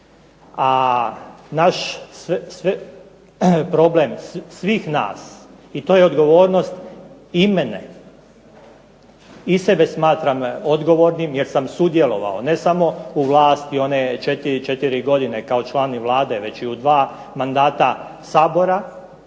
A problem svih nas i to je odgovornost i mene. I sebe smatram odgovornim jer sam sudjelovao ne samo vlasti one 4 godine kao člana Vlade, već i u 2 mandata Sabora.